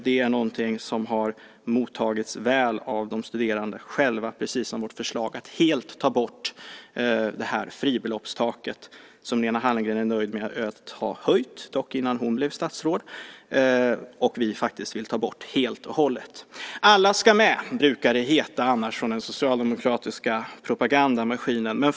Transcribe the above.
Det är något som har mottagits väl av de studerande, precis som vårt förslag att helt ta bort fribeloppstaket. Lena Hallengren är nöjd med att man har höjt det, dock innan hon blev statsråd. Vi vill faktiskt ta bort det helt och hållet. Alla ska med, brukar det heta från den socialdemokratiska propagandamaskinen.